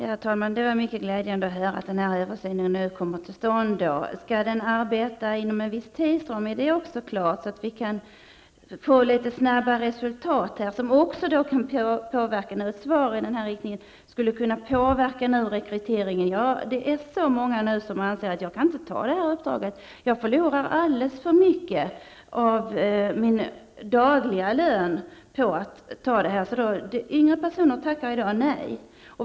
Herr talman! Det var mycket glädjande att höra att denna översyn nu kommer till stånd. Är det också klart att den skall arbeta inom en viss tidsram, så att det blir ett snabbt resultat som skulle kunna påverka rekryteringen? Det är många som anser att de inte kan åta sig ett nämndemannauppdrag. De förlorar alldeles för mycket av sin dagliga lön genom att vara nämndemän. Därför tackar yngre personer i dag nej.